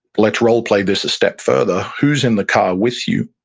let's role-play this a step further. who's in the car with you?